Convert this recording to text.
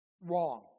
wrong